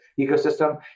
ecosystem